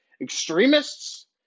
extremists